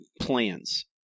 plans